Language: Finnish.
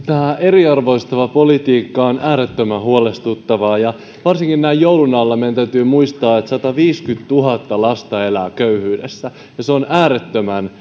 eriarvoistava politiikka on äärettömän huolestuttavaa ja varsinkin näin joulun alla meidän täytyy muistaa että sataviisikymmentätuhatta lasta elää köyhyydessä se on äärettömän